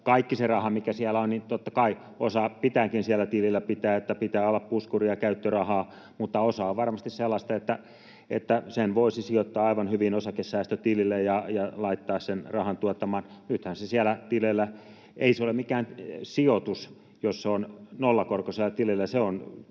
siitä rahasta, mikä siellä on, totta kai osa pitääkin siellä tilillä pitää — pitää olla puskuria, käyttörahaa — mutta osa on varmasti sellaista, että sen voisi sijoittaa aivan hyvin osakesäästötilille ja laittaa sen rahan tuottamaan. Ei se ole mikään sijoitus, jos se on nollakorkoisella tilillä.